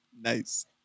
Nice